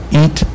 eat